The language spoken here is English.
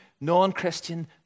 non-Christian